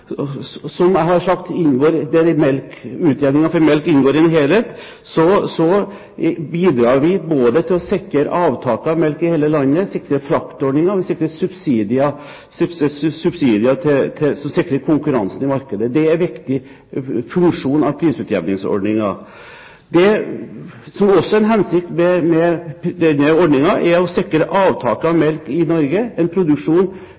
der utjevningen for melk inngår i en helhet, bidrar vi til å sikre avtaket av melk i hele landet, vi sikrer fraktordninger, og vi sikrer subsidier som sikrer konkurransen i markedet. Det er en viktig funksjon ved prisutjevningsordningen. En annen hensikt med denne ordningen er også å sikre avtaket av melk i Norge, produksjon